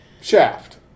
Shaft